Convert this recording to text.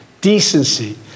decency